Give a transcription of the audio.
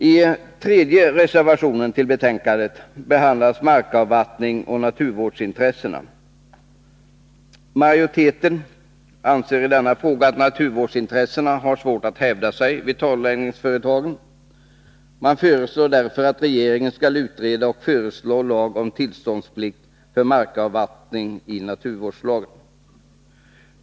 I den tredje reservationen till betänkandet behandlas markavvattning och naturvårdsintressen. Majoriteten anser i denna fråga att naturvårdsintressena har svårt att hävda sig vid torrläggningsföretag. Man föreslår därför att regeringen skall utreda och föreslå bestämmelser om tillståndsplikt för markavvattning i naturvårdslagen.